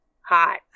hot